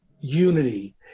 unity